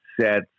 sets